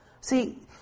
see